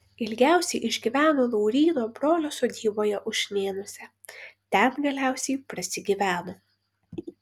ilgiausiai išgyveno lauryno brolio sodyboje ušnėnuose ten galiausiai prasigyveno